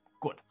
good